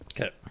Okay